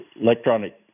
electronic